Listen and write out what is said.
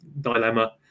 dilemma